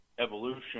evolution